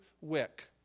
wick